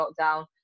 lockdown